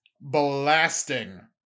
blasting